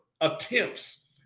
attempts